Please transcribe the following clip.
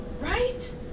right